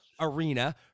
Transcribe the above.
arena